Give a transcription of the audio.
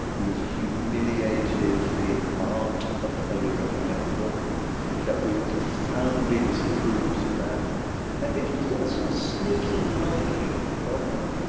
who was humiliated the aunt of the holy roman emperor chapuys profoundly disapproves of that and yet he's got a so sneaking liking for cromwell.